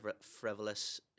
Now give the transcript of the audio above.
frivolous